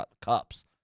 cups